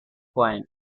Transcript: coin